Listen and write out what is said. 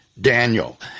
Daniel